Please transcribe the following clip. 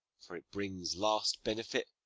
for it brings last benefit,